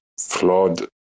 flawed